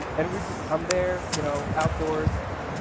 and it was just, i'm there, you know outdoors,